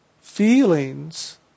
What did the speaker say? feelings